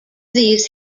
these